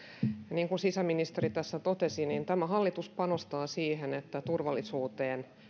niin kuin sisäministeri tässä totesi niin tämä hallitus panostaa siihen että turvallisuuteen